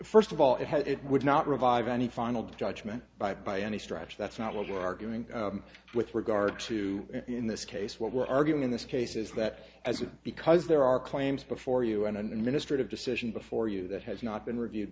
first of all it has it would not revive any final judgment by by any stretch that's not what we're arguing with regard to in this case what we're arguing in this case is that as well because there are claims before you and in the ministry of decision before you that has not been reviewed